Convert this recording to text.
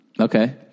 Okay